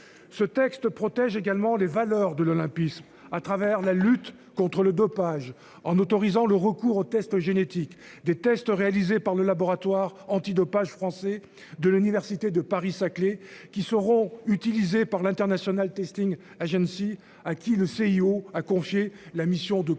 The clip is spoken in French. Ce texte protège également les valeurs de l'olympisme à travers la lutte contre le dopage en autorisant le recours aux tests génétiques des tests réalisés par le laboratoire antidopage français de l'université de Paris-Saclay qui seront utilisées par l'International Testing Agency à qui. Le CIO a confié la mission de contrôle